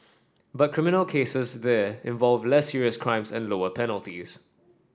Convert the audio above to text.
but criminal cases there involve less serious crimes and lower penalties